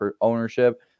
ownership